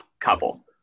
couple